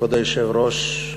כבוד היושב-ראש,